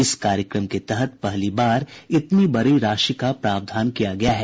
इस कार्यक्रम के तहत पहली बार इतनी बडी राशि का प्रावधान किया गया है